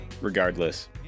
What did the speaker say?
regardless